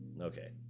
okay